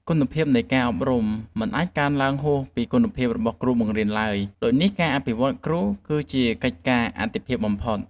គុណភាពនៃការអប់រំមិនអាចកើនឡើងហួសពីគុណភាពរបស់គ្រូបង្រៀនឡើយដូចនេះការអភិវឌ្ឍគ្រូគឺជាកិច្ចការអាទិភាពបំផុត។